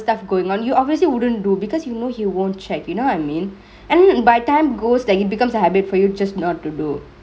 stuff goingk on you obviously wouldn't do because you know he won't check you know what I mean and then by time goes it becomes a habit for you just not to do